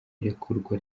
irekurwa